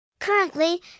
Currently